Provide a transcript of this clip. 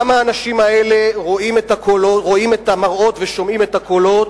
גם האנשים האלה רואים את המראות ושומעים את הקולות,